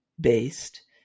based